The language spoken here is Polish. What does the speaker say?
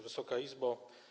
Wysoka Izbo!